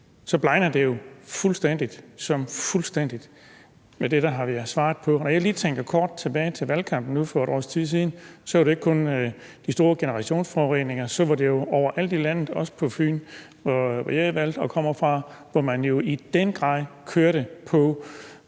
Så blegner det jo fuldstændig – som i fuldstændig – i forhold til det, der har været svaret på. Når jeg lige tænker kort tid tilbage til valgkampen for nu et års tid siden, så var det jo ikke kun de store generationsforureninger, så var det jo overalt i landet, også på Fyn, hvor jeg er valgt og kommer fra, hvor man fra ordførerens